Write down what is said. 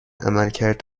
عملکرد